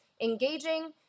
engaging